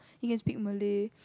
he can speak Malay